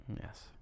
Yes